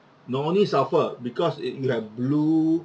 not only sulphur because it you have blue